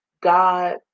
God